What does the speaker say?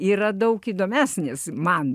yra daug įdomesnis man